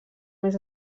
més